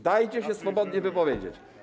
Dajcie się swobodnie wypowiedzieć.